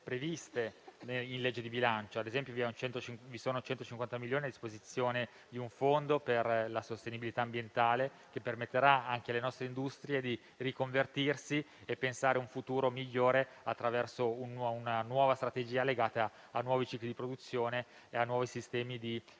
disegno di legge di bilancio: ad esempio, vi sono 150 milioni a disposizione di un fondo per la sostenibilità ambientale, che permetterà anche alle nostre industrie di riconvertirsi e pensare a un futuro migliore attraverso una nuova strategia legata a nuovi cicli di produzione e a nuovi sistemi di